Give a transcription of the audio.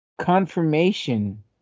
confirmation